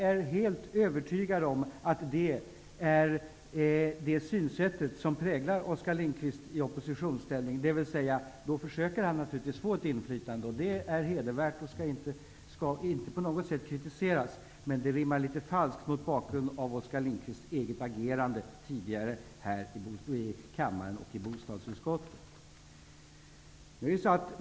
Detta synsätt präglar Oskar Lindkvist i oppositionsställning. Då försöker han naturligtvis att få ett inflytande. Det är hedervärt och skall inte på något sätt kritiseras, men det rimmar litet falskt mot bakgrund av Oskar Lindkvists eget agerande tidigare här i kammaren och i bostadsutskottet.